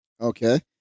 Okay